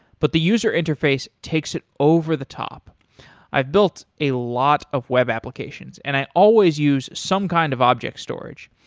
but the user interface takes it over the top i've built a lot of web applications and i always use some kind of object storage.